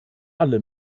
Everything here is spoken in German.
alle